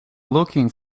looking